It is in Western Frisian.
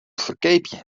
ferkeapje